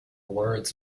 words